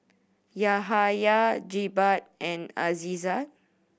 Yahaya Jebat and Aizat